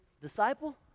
disciple